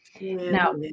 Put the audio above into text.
Now